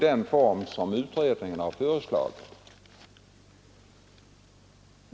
Det tror jag vi kan vara överens om.